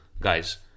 guys